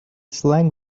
slang